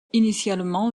initialement